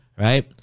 Right